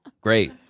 great